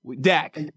Dak